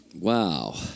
Wow